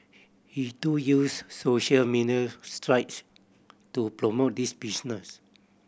he too used social media straights to promote this business